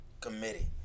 committee